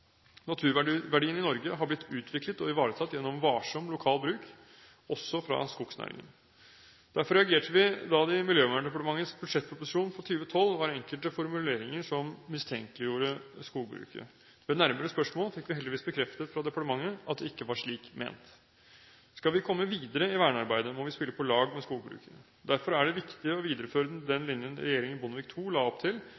Norge har blitt utviklet og ivaretatt gjennom varsom lokal bruk, også fra skognæringen. Derfor reagerte vi da det i Miljøverndepartementets budsjettproposisjon for 2012 var enkelte formuleringer som mistenkeliggjorde skogbruket. Ved nærmere spørsmål fikk vi heldigvis bekreftet fra departementet at det ikke var slik ment. Skal vi komme videre i vernearbeidet, må vi spille på lag med skogbruket. Derfor er det viktig å videreføre den linjen regjeringen Bondevik II la opp til,